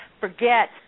forget